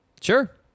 Sure